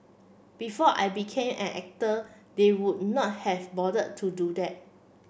before I became an actor they would not have bothered to do that